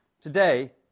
Today